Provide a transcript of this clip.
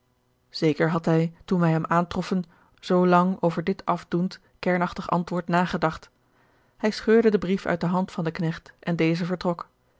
zeker had hij toen wij hem aantroffen zoo lang over dit afdoend kernachtig antwoord nagedacht hij scheurde den brief uit de hand van den knecht en deze vertrok